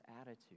attitude